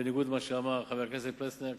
בניגוד למה שאמר חבר הכנסת פלסנר.